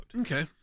okay